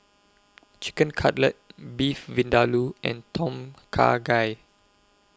Chicken Cutlet Beef Vindaloo and Tom Kha Gai